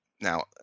now